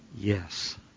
yes